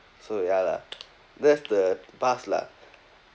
so ya lah that's the bus lah